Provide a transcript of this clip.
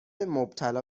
مبتلا